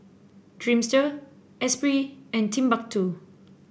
Dreamster Esprit and Timbuk two